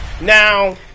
Now